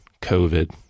COVID